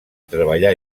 treballar